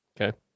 Okay